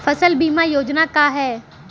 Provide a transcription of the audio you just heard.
फसल बीमा योजना का ह?